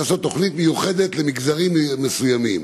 לעשות תוכנית מיוחדת למגזרים מסוימים.